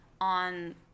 on